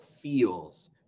feels